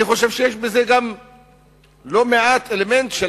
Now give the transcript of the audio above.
אני חושב שיש בזה גם לא מעט אלמנט של